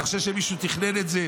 אתה חושב שמישהו תכנון את זה?